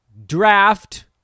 draft